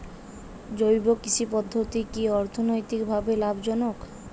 জৈব কৃষি পদ্ধতি কি অর্থনৈতিকভাবে লাভজনক?